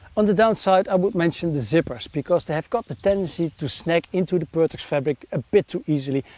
on the downside i would mention the zippers because they have got the tendency to snag into the pertex fabric a bit too easily,